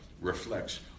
reflects